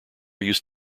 used